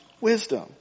wisdom